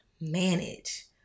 manage